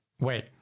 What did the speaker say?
Wait